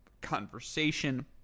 Conversation